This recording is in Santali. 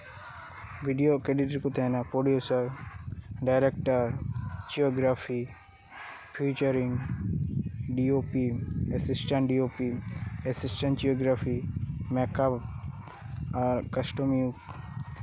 ᱵᱷᱤᱰᱭᱳ ᱠᱨᱤᱰᱤᱴ ᱨᱮᱠᱚ ᱛᱟᱦᱮᱸᱱᱟ producer director choreography featuring DOP assistant DOP assistant geography makeup ᱟᱨ ᱠᱟᱥᱴᱚᱢᱤᱭᱩᱠ